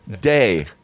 day